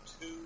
two